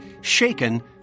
shaken